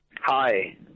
Hi